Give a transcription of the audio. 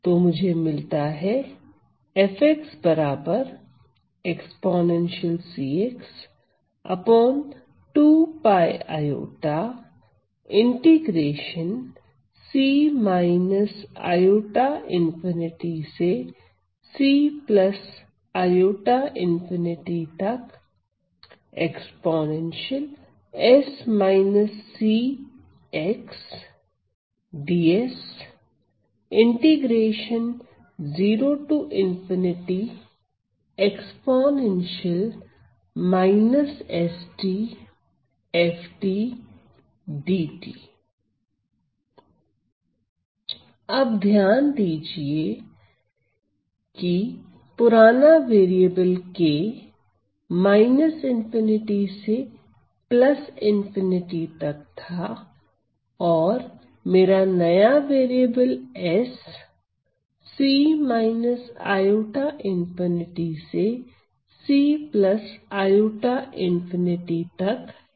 तो मुझे मिलता है अब ध्यान दीजिए कि पुराना वेरिएबल k ∞ से ∞ और मेरा नया वेरिएबल s c i ∞ से c i ∞ तक है